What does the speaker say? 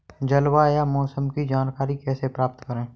जलवायु या मौसम की जानकारी कैसे प्राप्त करें?